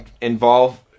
involve